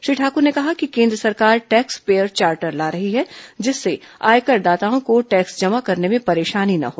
श्री ठाकुर ने कहा कि केन्द्र सरकार टैक्सपेयर चार्टर ला रही है जिससे आयकरदाताओं को टैक्स जमा करने में परेशानी न हो